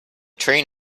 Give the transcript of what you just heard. train